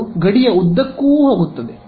ಅದು ಗಡಿಯ ಉದ್ದಕ್ಕೂ ಹೋಗುತ್ತದೆ